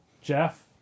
jeff